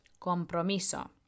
compromiso